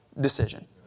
decision